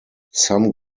some